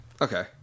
Okay